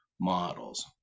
models